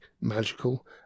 magical